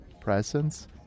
presence